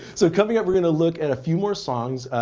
so coming up, we're going to look at a few more songs.